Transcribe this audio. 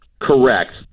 Correct